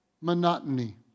monotony